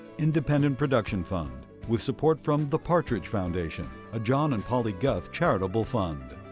independent production fund, with support from the partridge foundation, a john and polly guth charitable fund.